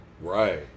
Right